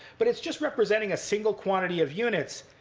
but it's just representing a single quantity of units,